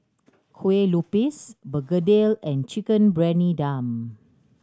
Kueh Lupis begedil and Chicken Briyani Dum